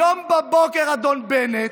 היום בבוקר, אדון בנט,